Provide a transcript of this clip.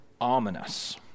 ominous